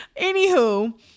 anywho